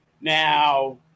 Now